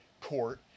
court